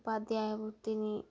ఉపాధ్యాయ వృత్తిని